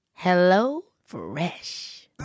HelloFresh